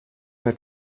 her